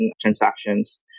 transactions